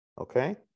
okay